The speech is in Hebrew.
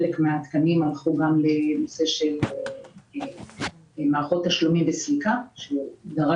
חלק מן התקנים הלכו גם לנושא של מערכות תשלומים וסליקה שדרשו